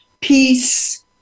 peace